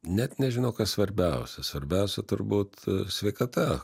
net nežinau kas svarbiausia svarbiausia turbūt sveikata